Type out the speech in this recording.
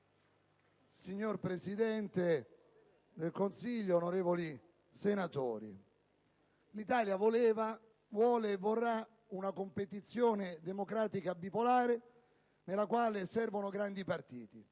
signor Presidente del Consiglio, onorevoli senatori, l'Italia voleva, vuole e vorrà una competizione democratica bipolare, nella quale servono grandi partiti.